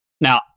Now